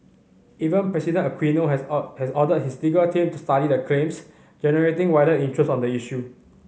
Even President Aquino has has ordered his legal team to study the claims generating wider interest on the issue